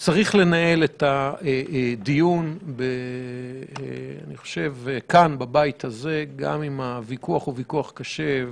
אחד צריך לנהל את הדיון כאן בבית הזה גם אם הוויכוח הוא ויכוח קשה,